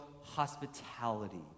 hospitality